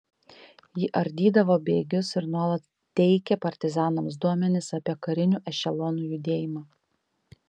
ji ardydavo bėgius ir nuolat teikė partizanams duomenis apie karinių ešelonų judėjimą